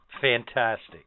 Fantastic